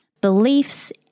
Beliefs